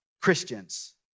Christians